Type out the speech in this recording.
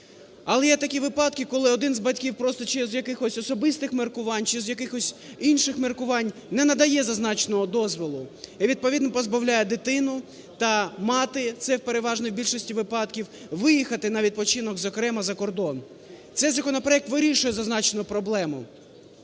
Але є такі випадки, коли один з батьків просто, чи з якихось особистих міркувань, чи з якихось інших міркувань, не надає зазначеного дозволу. І відповідно позбавляє дитину та мати - це в переважній більшості випадків, - виїхати на відпочинок, зокрема, за кордон. Цей законопроект вирішує зазначену проблему.